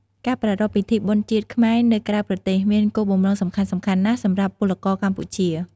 ការប្រារព្ធពិធីបុណ្យជាតិខ្មែរនៅក្រៅប្រទេស មានគោលបំណងសំខាន់ៗណាស់សម្រាប់ពលករកម្ពុជា។